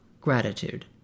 gratitude